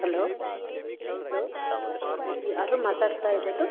hello hello ಯಾರು ಮಾತಾಡ್ತಾ ಇರೋದು